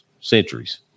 centuries